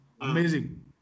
amazing